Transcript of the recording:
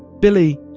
billie,